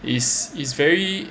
is is very